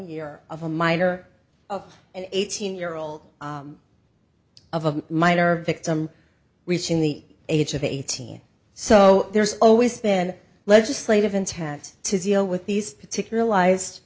year of a minor of an eighteen year old of a miter victim reaching the age of eighteen so there's always been legislative intent to deal with these particular allies